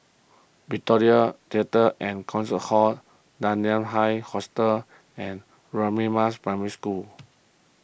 Victoria theatre and Concert Hall Dunman High Hostel and Radin Mas Primary School